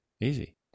Easy